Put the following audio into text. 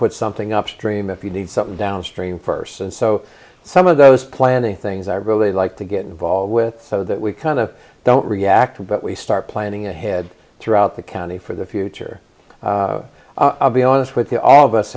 put something upstream if you need something downstream first and so some of those planning things i really like to get involved with so that we kind of don't react but we start planning ahead throughout the county for the future i'll be honest with you all of us